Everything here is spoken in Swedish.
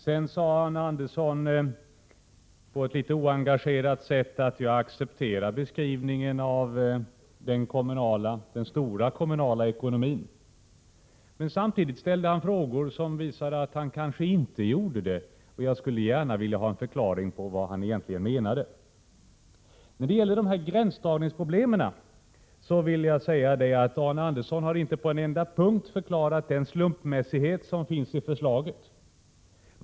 Sedan sade Arne Andersson litet oengagerat att han accepterade beskrivningen av den omfattande kommunala ekonomin, men ställde samtidigt frågor som tydde på att han inte accepterade denna beskrivning. Jag skulle gärna vilja ha en förklaring på vad han egentligen menade. När det gäller gränsdragningsproblemen har Arne Andersson inte på någon enda punkt förklarat den slumpmässighet som finns i förslaget.